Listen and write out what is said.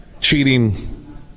cheating